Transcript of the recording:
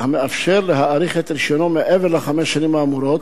המאפשר להאריך את רשיונו מעבר לחמש השנים האמורות,